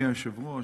אדוני היושב-ראש,